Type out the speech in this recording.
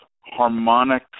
harmonic